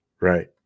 Right